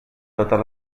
totes